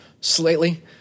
slightly